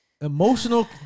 emotional